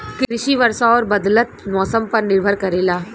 कृषि वर्षा और बदलत मौसम पर निर्भर करेला